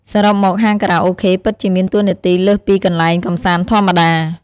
សរុបមក ហាងខារ៉ាអូខេពិតជាមានតួនាទីលើសពីកន្លែងកម្សាន្តធម្មតា។